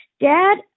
dad